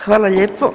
Hvala lijepo.